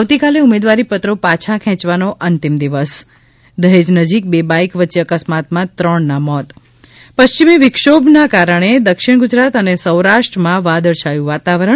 આવતીકાલે ઉમેદવારીપત્રો પાછાં ખેચવાનો અંતિમદિવસ દહેજ નજીક બે બાઇક વચ્ચે અકસ્માતમાં ત્રણના મોત ત પશ્ચિમી વિક્ષોભના દક્ષિણ ગુજરાત અને સૌરાષ્ટ્રમાં વાદળછવાયું વાતાવરણ